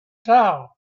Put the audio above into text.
tile